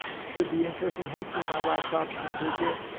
should be interesting. hopefully my laptop can take it.